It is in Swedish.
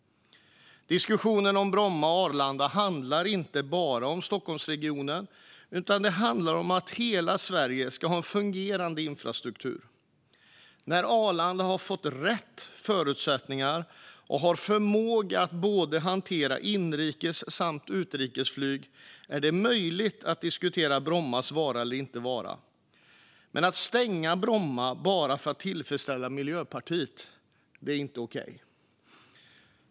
Diskussionen om Bromma och Arlanda handlar inte bara om Stockholmsregionen utan om att hela Sverige ska ha en fungerande infrastruktur. När Arlanda har fått rätt förutsättningar och har förmåga att hantera både inrikes och utrikesflyg är det möjligt att diskutera Brommas vara eller icke vara. Men att stänga Bromma bara för att tillfredsställa Miljöpartiet är inte okej.